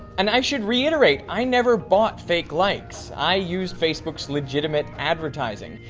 and i should re-iterate i never bought fake likes. i used facebook's legitimate advertising,